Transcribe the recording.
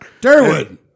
Derwood